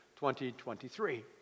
2023